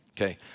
Okay